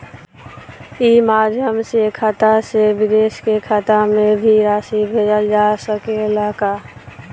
ई माध्यम से खाता से विदेश के खाता में भी राशि भेजल जा सकेला का?